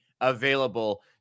available